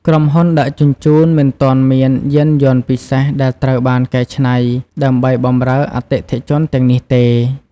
ក្រុមហ៊ុនដឹកជញ្ជូនមិនទាន់មានយានយន្តពិសេសដែលត្រូវបានកែច្នៃ ដើម្បីបម្រើអតិថិជនទាំងនេះទេ។